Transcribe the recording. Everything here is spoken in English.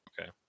Okay